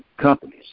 companies